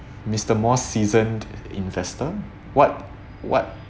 mister more seasoned investor what what